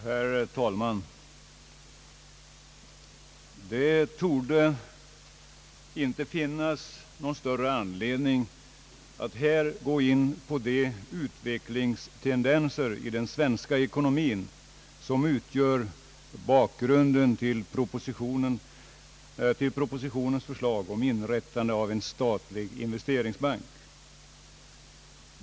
Herr talman! Det torde inte finnas någon större anledning att här gå in på de utvecklingstendenser i den svenska ekonomin, som utgör bakgrunden till propositionens förslag om inrättande av en statlig investeringsbank.